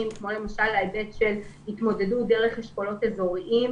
כמו למשל התמודדות דרך אשכולות אזוריים,